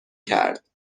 کرد